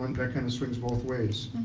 and that kind of swings both ways.